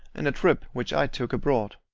in a trip which i took abroad.